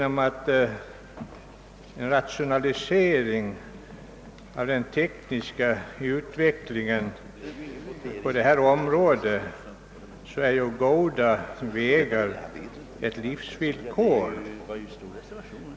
På grund av rationaliseringen och den tekniska utvecklingen på området är goda vägar ett livsvillkor.